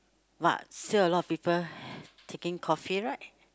but still a lot of people taking coffee right